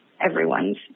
everyone's